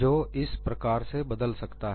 जो इस प्रकार से बदल सकता है